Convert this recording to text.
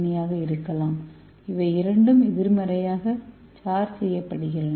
ஏ ஆக இருக்கலாம் இவை இரண்டும் எதிர்மறையாக சார்ஜ் செய்யப்படுகின்றன